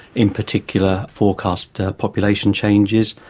in particular forecast but population changes,